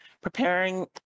preparing